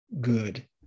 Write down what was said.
good